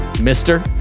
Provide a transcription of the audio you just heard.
mister